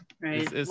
Right